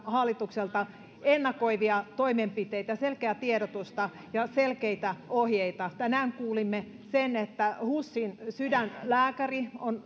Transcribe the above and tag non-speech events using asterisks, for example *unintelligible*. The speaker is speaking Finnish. hallitukselta ennakoivia toimenpiteitä selkeää tiedotusta ja selkeitä ohjeita tänään kuulimme sen että husin sydänlääkäri on *unintelligible*